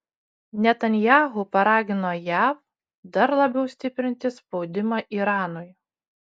netanyahu paragino jav dar labiau stiprinti spaudimą iranui